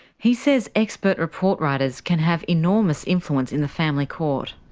he says expert report writers can have enormous influence in the family court.